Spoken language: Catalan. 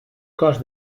cos